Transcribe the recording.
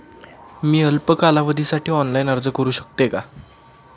मी अल्प कालावधीसाठी ऑनलाइन अर्ज करू शकते का?